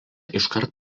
iškart